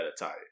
attire